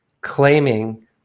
claiming